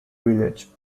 village